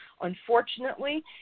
Unfortunately